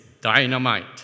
dynamite